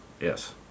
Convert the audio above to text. yes